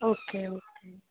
okay okay